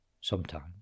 sometimes